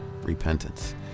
repentance